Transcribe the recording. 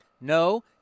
No